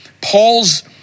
Paul's